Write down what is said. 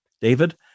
David